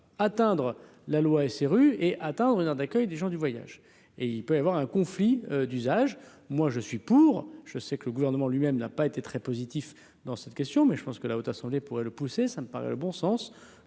atteindre la loi SRU et atteindre une aire d'accueil des gens du voyage et il peut y avoir un conflit d'usage, moi je suis pour, je sais que le gouvernement lui-même n'a pas été très positif dans cette question, mais je pense que la Haute Assemblée. Pour le pousser, ça me paraît le bon sens,